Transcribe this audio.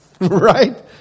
Right